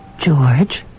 George